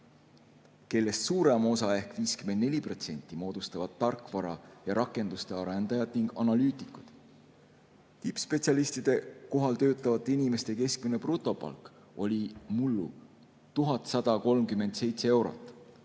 kellest suurema osa ehk 54% moodustavad tarkvara ja rakenduste arendajad ning analüütikud. Tippspetsialistide kohal töötavate inimeste keskmine brutopalk oli mullu 3137 eurot.